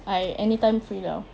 I anytime free 了